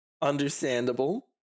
understandable